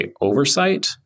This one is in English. oversight